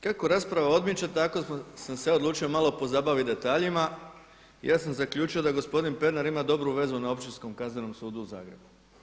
Kako rasprava odmiče tako sam se ja odlučio malo pozabaviti detaljima i ja sam zaključio da gospodin Pernar ima dobru vezu na Općinskom-kaznenom sudu u Zagrebu.